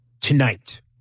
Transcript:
tonight